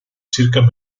circa